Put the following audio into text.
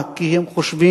מה זה חוות